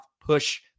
push